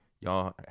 Y'all